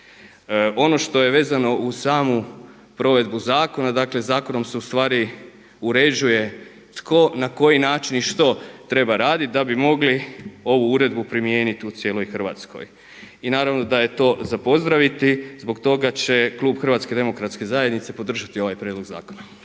Ono što je vezano uz samu provedbu zakona, dakle zakonom se ustvari uređuje tko na koji način i što treba raditi da bi mogli ovu uredbu primijeniti u cijeloj Hrvatskoj. I naravno da je to za pozdraviti. Zbog toga će klub HDZ-a podržati ovaj prijedlog zakona.